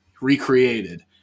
recreated